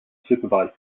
supervised